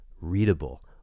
readable